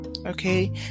okay